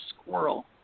squirrel